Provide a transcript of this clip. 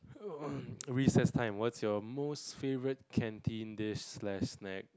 recess time what's your most favourite canteen dish slash snack